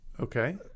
Okay